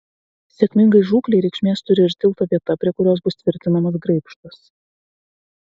sėkmingai žūklei reikšmės turi ir tilto vieta prie kurios bus tvirtinamas graibštas